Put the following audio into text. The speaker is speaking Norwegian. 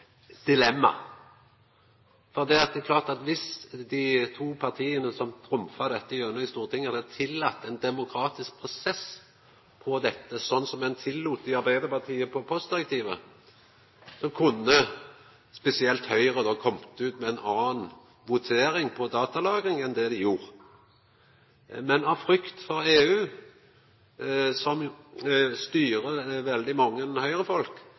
to partia som trumfa gjennom dette i Stortinget, hadde tillate ein demokratisk prosess om dette, som ein tillèt i Arbeidarpartiet i samband med postdirektivet, kunne spesielt Høgre ha kome til ei anna avgjerd om datalagring enn det dei gjorde. Men av frykt for EU, som styrer veldig mange